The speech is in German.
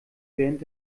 während